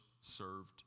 served